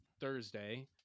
Thursday